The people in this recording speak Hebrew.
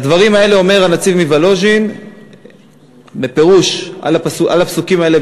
את הדברים האלה אומר הנצי"ב מוולוז'ין בפירוש על הפסוקים האלה,